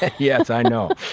yes, i know.